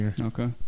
Okay